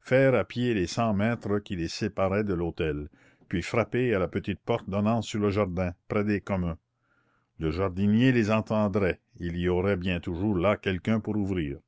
faire à pied les cent mètres qui les séparaient de l'hôtel puis frapper à la petite porte donnant sur le jardin près des communs le jardinier les entendrait il y aurait bien toujours là quelqu'un pour ouvrir